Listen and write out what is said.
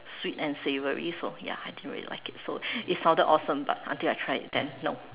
sweet and savory so ya I didn't really like it so it sounded awesome but until I tried it then no